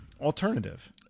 Alternative